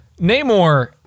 Namor